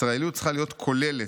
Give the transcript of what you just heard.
ישראליות צריכה להיות כוללת,